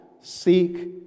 seek